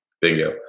Bingo